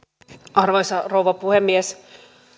arvoisa rouva puhemies